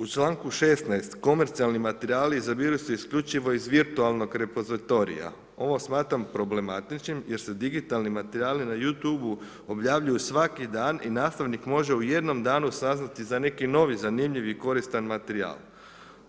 U članku 16. komercijalni materijali izabiru se isključivo iz virtualnog repozitorija, ovo smatram problematičnim jer se digitalni materijali na You Tube-u objavljuju svaki dan i nastavnik može u jednom danu saznati za neki novi, zanimljivi, koristan materijal,